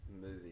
Movie